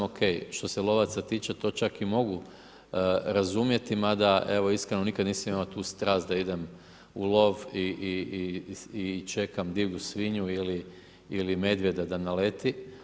Ok što se lovaca tiče to čak i mogu razumjeti mada evo iskreno nikada nisam imao tu strast da idem u lov i čekam divlju svinju ili medvjeda da naleti.